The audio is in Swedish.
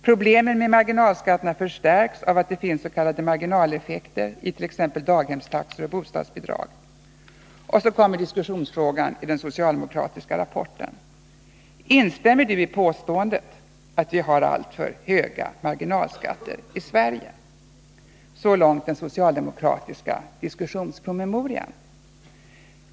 Problemen med marginalskatterna förstärks av att det finns s.k. marginaleffekter i t.ex. daghemstaxor och bostadsbidrag. Så kommer diskussionsfrågan i den socialdemokratiska rapporten: Instämmer Du i påståendet att vi har alltför höga marginalskatter i Sverige? Så långt den socialdemokratiska diskussionspromemorian.